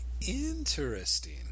Interesting